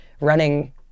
running